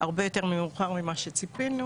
הרבה יותר מאוחר ממה שציפינו,